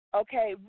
okay